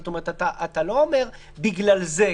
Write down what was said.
כלומר אתה לא אומר: בגלל זה.